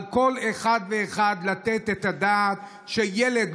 על כל אחד ואחד לתת את הדעת לילד,